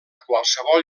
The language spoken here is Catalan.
qualsevol